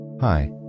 Hi